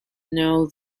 know